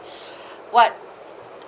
what